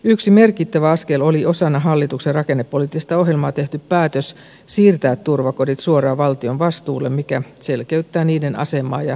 yksi merkittävä askel oli osana hallituksen rakennepoliittista ohjelmaa tehty päätös siirtää turvakodit suoraan valtion vastuulle mikä selkeyttää niiden asemaa ja rahoitusvastuuta